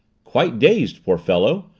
quite dazed, poor fellow,